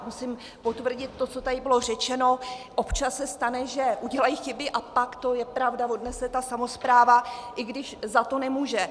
Musím potvrdit to, co tady bylo řečeno, občas se stane, že udělají chyby, a pak to, pravda, odnese ta samospráva, i když za to nemůže.